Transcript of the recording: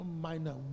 Minor